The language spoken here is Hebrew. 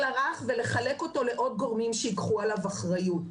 הרך ולחלק אותו לעוד גורמים שייקחו עליו אחריות,